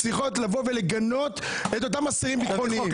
צריכות לגנות את אותם אסירים ביטחוניים.